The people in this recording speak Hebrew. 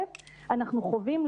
אנחנו חווים,